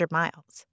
miles